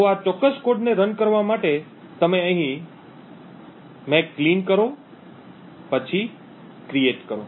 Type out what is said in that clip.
તો આ ચોક્કસ કોડને રન કરવા માટે તમે અહીં અહીં સાફ કરો પછી બનાવો